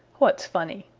what's funny?